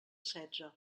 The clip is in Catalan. setze